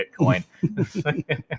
Bitcoin